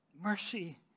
Mercy